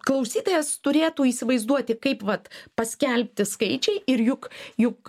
klausytojas turėtų įsivaizduoti kaip vat paskelbti skaičiai ir juk juk